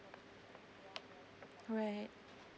right